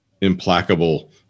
implacable